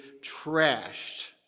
trashed